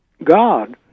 God